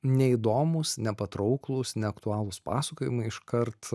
neįdomūs nepatrauklūs neaktualūs pasakojimai iškart